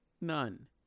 None